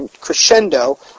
crescendo